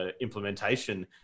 implementation